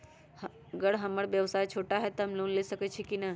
अगर हमर व्यवसाय छोटा है त हम लोन ले सकईछी की न?